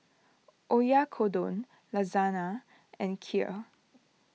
Oyakodon Lasagna and Kheer